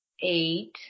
eight